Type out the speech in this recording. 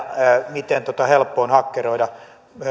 miten helppoa on hakkeroida